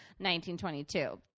1922